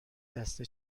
دسته